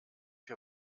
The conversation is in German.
wir